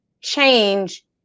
change